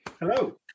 Hello